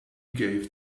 gave